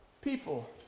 people